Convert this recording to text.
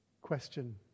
Question